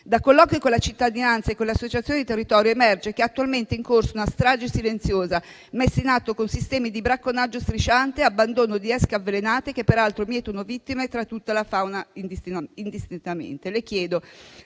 da colloqui con la cittadinanza e con le associazioni del territorio emerge che è attualmente in corso una strage silenziosa, messa in atto con sistemi di bracconaggio strisciante e abbandono di esche avvelenate, che peraltro mietono vittime tra tutta la fauna indistintamente,